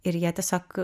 ir jie tiesiog